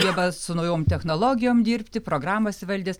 geba su naujom technologijom dirbti programas įvaldęs